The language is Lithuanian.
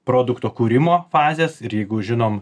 produkto kūrimo fazės ir jeigu žinom